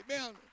Amen